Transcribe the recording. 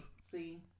See